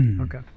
okay